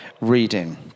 reading